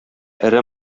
эре